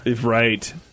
Right